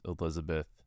elizabeth